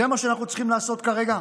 זה מה שאנחנו צריכים לעשות כרגע?